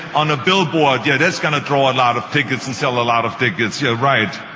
on a billboard. yeah that's going to draw a lot of tickets and sell a lot of tickets, yeah right.